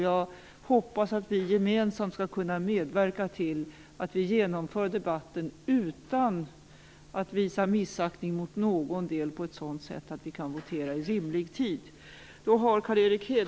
Jag hoppas att vi gemensamt skall kunna medverka till att vi genomför debatten, utan att visa missaktning mot någon del, på ett sådant sätt att vi kan votera i rimlig tid.